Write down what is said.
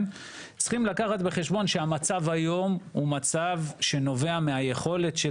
צריכים לקחת בחשבון שהמצב היום הוא מצב שנובע מהיכולת של